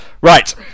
right